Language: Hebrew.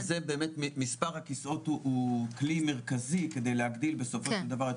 באמת מספר הכסאות הוא כלי מרכזי כדי להגדיל בסופו של דבר את